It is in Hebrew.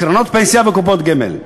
קרנות פנסיה וקופות גמל.